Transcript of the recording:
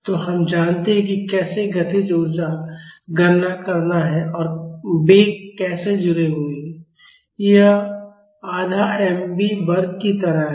तो हम जानते हैं कि कैसे गतिज ऊर्जा गणना करना है और वेग कैसे जुड़े हुए हैं यह आधा mv वर्ग की तरह है